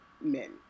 men